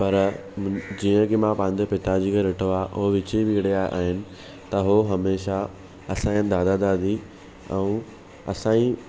पर जीअं की मां पंहिंजे पिता जी के ॾिठो आहे हू विची पीड़ीअ जा आहिनि त उहो हमेशा असांजे दादा दादी ऐं असांजी